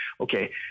Okay